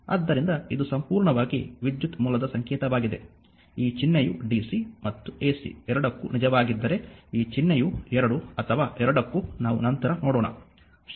ಆದ್ದರಿಂದ ಇದು ಸಂಪೂರ್ಣವಾಗಿ ವಿದ್ಯುತ್ ಮೂಲದ ಸಂಕೇತವಾಗಿದೆ ಈ ಚಿಹ್ನೆಯು ಡಿಸಿ ಮತ್ತು ಎಸಿ ಎರಡಕ್ಕೂ ನಿಜವಾಗಿದ್ದರೆ ಈ ಚಿಹ್ನೆಯು ಎರಡು ಅಥವಾ ಎರಡಕ್ಕೂ ನಾವು ನಂತರ ನೋಡೋಣ